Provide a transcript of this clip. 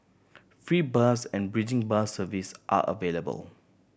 free bus and bridging bus service are available